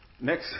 next